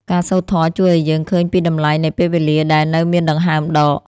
ការសូត្រធម៌ជួយឱ្យយើងឃើញពីតម្លៃនៃពេលវេលាដែលនៅមានដង្ហើមដក។